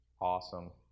Awesome